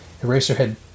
Eraserhead